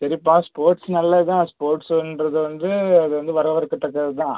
சரிப்பா ஸ்போர்ட்ஸ் நல்லதுதான் ஸ்போர்ட்ஸ்ன்றது வந்து அது வந்து வரவேற்கத்தக்கதுதான்